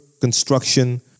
construction